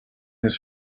his